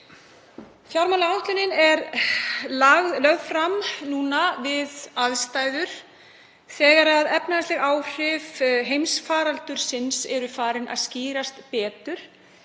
Fjármálaáætlunin er lögð fram núna við aðstæður þegar efnahagsleg áhrif heimsfaraldursins eru farin að skýrast betur